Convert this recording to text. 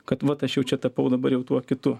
kad vat aš jau čia tapau dabar jau tuo kitu